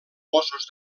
mossos